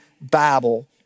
Babel